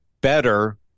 better